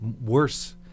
Worse